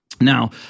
Now